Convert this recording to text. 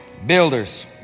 Builders